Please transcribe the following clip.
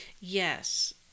Yes